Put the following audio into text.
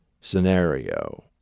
scenario